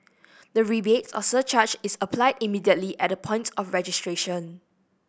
the rebate or surcharge is applied immediately at the point of registration